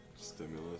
Stimulus